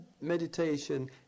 meditation